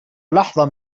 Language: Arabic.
لحظة